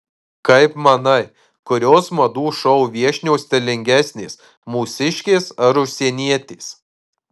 kaip manai kurios madų šou viešnios stilingesnės mūsiškės ar užsienietės